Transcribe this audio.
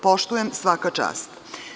Poštujem, svaka čast.